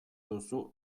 duzu